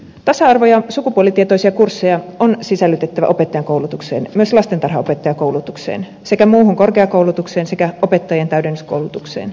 tasa arvo ja sukupuolitietoisia kursseja on sisällytettävä opettajankoulutukseen myös lastentarhanopettajakoulutukseen sekä muuhun korkeakoulutukseen sekä opettajien täydennyskoulutukseen